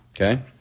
Okay